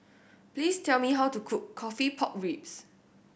please tell me how to cook coffee pork ribs